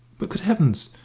but, good heavens!